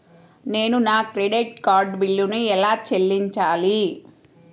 నేను నా credit card బిల్లును ఎలా చెల్లించాలీ?